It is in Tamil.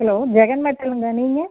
ஹலோ ஜெகன் மெட்டலுங்களா நீங்கள்